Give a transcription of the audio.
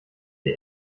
der